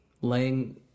Laying